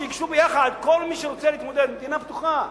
שייגשו ביחד, כל מי שרוצה להתמודד, המדינה פתוחה.